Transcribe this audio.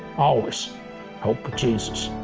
always hope with jesus.